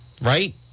right